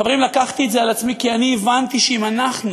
חברים, לקחתי את זה על עצמי כי הבנתי שאם אנחנו,